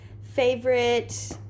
favorite